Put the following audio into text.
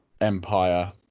empire